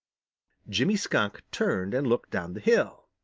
jimmy skunk turned and looked down the hill.